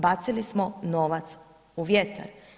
Bacili smo novac u vjetar.